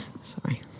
Sorry